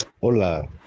Hola